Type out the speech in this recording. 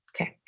Okay